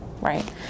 right